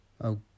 Oh